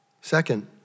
Second